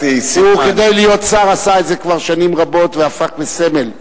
כדי להיות שר הוא עשה את זה כבר שנים רבות והפך לסמל.